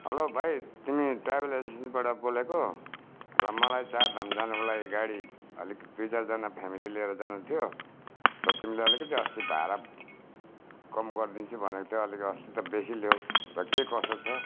hello भाइ तिमी travel एजन्सीबाट बोलेको र मलाई चारधाम जानुको लागि गाडी अलिक दुई चारजना फेमिली लिएर जानु थियो र तिमीले अलिकति अस्ति भाडा कम गरिदिन्छु भनेको थियो अलिक अस्ति त बेसी लियौ र के कसो छ